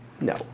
No